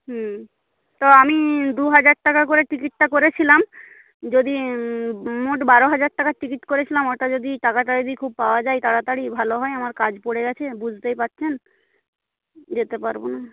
হুম তো আমি দু হাজার টাকা করে টিকিটটা করেছিলাম যদি মোট বারো হাজার টাকার টিকিট করেছিলাম ওটা যদি টাকাটা যদি খুব পাওয়া যায় তাড়াতাড়ি ভালো হয় আমার কাজ পড়ে গিয়েছে বুঝতেই পারছেন যেতে পারব না